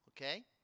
okay